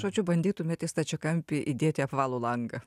žodžiu bandytumėt į stačiakampį įdėti apvalų langą